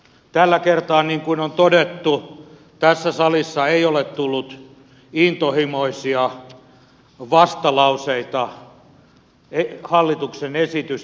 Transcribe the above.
tällä kertaa niin kuin on todettu tässä salissa ei ole tullut intohimoisia vastalauseita hallituksen esitystä kohtaan